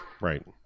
Right